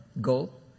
goal